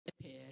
appear